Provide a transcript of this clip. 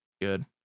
good